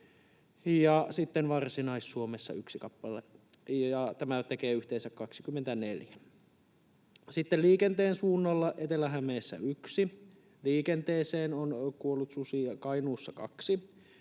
ja sitten Varsinais-Suomessa yksi kappale. Tämä tekee yhteensä 24. Sitten liikenteen suunnalla Etelä-Hämeessä yksi, liikenteeseen on kuollut susia Kainuussa kaksi,